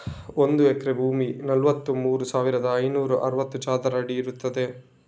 ಒಂದು ಎಕರೆ ಭೂಮಿ ನಲವತ್ತಮೂರು ಸಾವಿರದ ಐನೂರ ಅರವತ್ತು ಚದರ ಅಡಿ ಇರ್ತದೆ